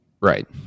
Right